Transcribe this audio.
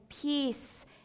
peace